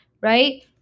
right